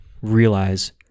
realize